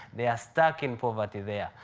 they are stuck in poverty there.